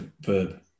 verb